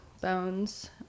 bones